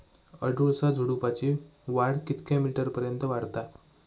अडुळसा झुडूपाची वाढ कितक्या मीटर पर्यंत वाढता?